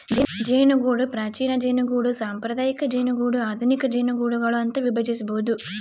ಜೇನುಗೂಡು ಪ್ರಾಚೀನ ಜೇನುಗೂಡು ಸಾಂಪ್ರದಾಯಿಕ ಜೇನುಗೂಡು ಆಧುನಿಕ ಜೇನುಗೂಡುಗಳು ಅಂತ ವಿಭಜಿಸ್ಬೋದು